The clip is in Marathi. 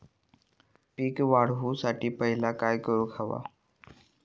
पीक वाढवुसाठी पहिला काय करूक हव्या?